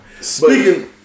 speaking –